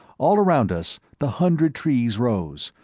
all around us the hundred trees rose,